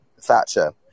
Thatcher